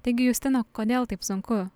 taigi justina kodėl taip sunku